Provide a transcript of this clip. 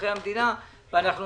לאזרחי המדינה אתם